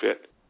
fit